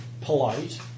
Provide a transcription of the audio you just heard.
Polite